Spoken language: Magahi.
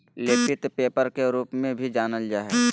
लेपित पेपर के रूप में भी जानल जा हइ